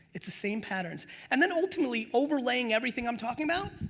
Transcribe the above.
it's the same patterns and then ultimately overlaying everything i'm talking about,